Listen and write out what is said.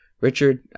Richard